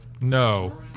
No